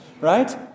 right